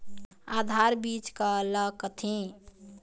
आधार बीज का ला कथें?